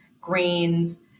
grains